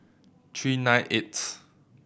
three nine eighth